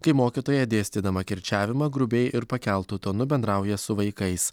kai mokytoja dėstydama kirčiavimą grubiai ir pakeltu tonu bendrauja su vaikais